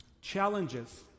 Challenges